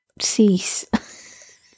cease